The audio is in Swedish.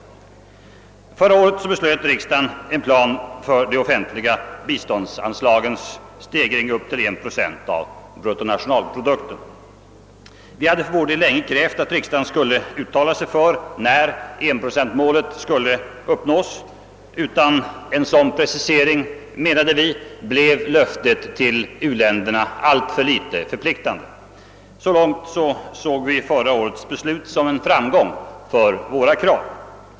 Förra året beslöt riksdagen om en plan för de offentliga biståndsanslagens stegring upp till 1 procent av bruttonationalprodukten. Vi hade då för vår del länge krävt att riksdagen skulle uttala sig för när 1-procentsmålet skulle uppnås. Vi menade att utan en sådan planering blev löftet till u-länderna alltför litet förpliktande. Så långt såg vi också förra årets beslut som en framgång för våra krav.